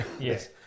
yes